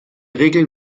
regel